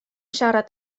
siarad